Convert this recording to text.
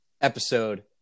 episode